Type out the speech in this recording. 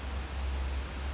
and